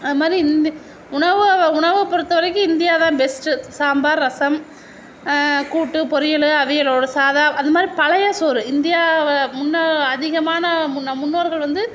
அது மாதிரி இந்த உணவை உணவை பொருத்த வரைக்கும் இந்தியா தான் பெஸ்ட்டு சாம்பார் ரசம் கூட்டு பொரியல் அவியலோடு சாதம் அது மாதிரி பழைய சோறு இந்தியா முன்ன அதிகமான முன் நம் முன்னோர்கள் வந்து